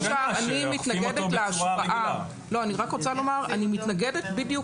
אני רוצה לומר שאני מתנגדת להשוואה.